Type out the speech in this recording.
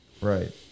Right